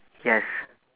yes